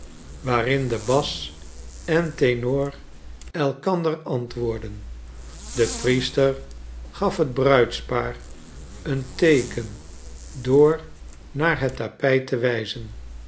waarin de bas en tenor elkander antwoordden de priester gaf het bruidspaar een teeken door naar het tapijt te wijzen